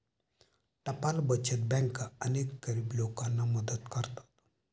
टपाल बचत बँका अनेक गरीब लोकांना मदत करतात